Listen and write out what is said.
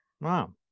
Wow